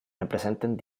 representen